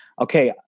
okay